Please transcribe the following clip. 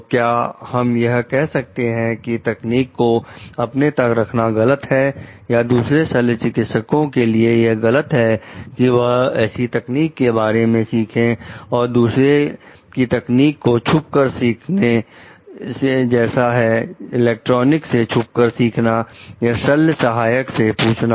तो क्या हम यह कह रहे हैं कि तकनीक को अपने तक रखना गलत है या दूसरे शल्य चिकित्सक के लिए यह गलत है कि वह ऐसी तकनीक के बारे में सीखें और दूसरे की तकनीक को छुपकर सीखने जैसा है इलेक्ट्रॉनिक से छुपकर सीखना या शल्य सहायक से पूछना